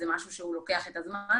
זה משהו שלוקח זמן,